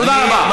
תודה רבה.